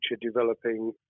developing